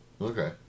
Okay